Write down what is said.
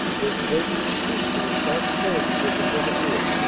this greatly increased the responsibilities of the brigadier,